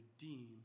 redeem